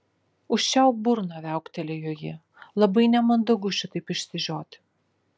užčiaupk burną viauktelėjo ji labai nemandagu šitaip išsižioti